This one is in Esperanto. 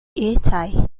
etaj